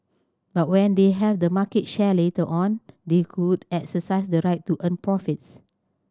but when they have the market share later on they could exercise the right to earn profits